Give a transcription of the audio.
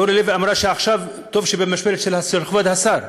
אורלי אמרה עכשיו שטוב שזה במשמרת של כבוד השר.